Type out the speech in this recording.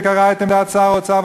וקרא את עמדת שר האוצר,